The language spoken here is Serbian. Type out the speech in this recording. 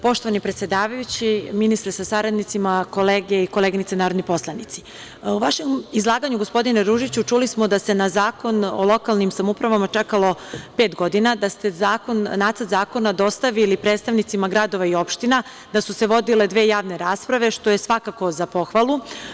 Poštovani predsedavajući, ministre sa saradnicima, kolege i koleginice narodni poslanici, u vašem izlaganju gospodine Ružiću čuli smo da se na Zakon o lokalnim samoupravama čekalo pet godina, da ste Nacrt zakona dostavili predstavnicima gradova i opština, da su se vodile dve javne rasprave, što je svakako za pohvalu.